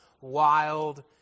wild